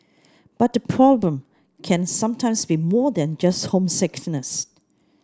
but the problem can sometimes be more than just homesickness